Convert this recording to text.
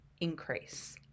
increase